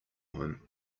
him